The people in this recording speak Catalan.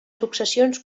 successions